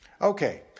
Okay